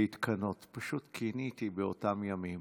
להתקנא, פשוט קינאתי באותם ימים.